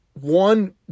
one